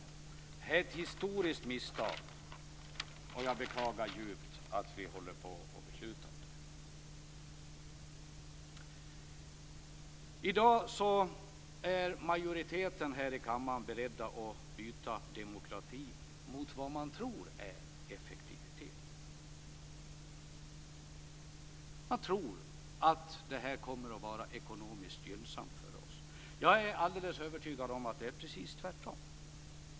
Det här är ett historiskt misstag, och jag beklagar djupt att vi håller på att besluta om det. I dag är en majoritet i denna kammare beredd att byta demokrati mot vad man tror är effektivitet. Man tror att det här kommer att vara ekonomiskt gynnsamt för oss. Jag är alldeles övertygad om att det är precis tvärtom.